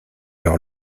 leur